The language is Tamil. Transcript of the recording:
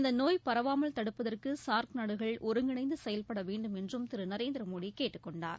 இந்த நோய் பரவாமல் தடுப்பதற்கு சார்க் நாடுகள் ஒருங்கிணைந்து செயல்பட வேண்டும் என்றும் திரு நரேந்திர மோடி கேட்டுக் கொண்டார்